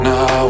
Now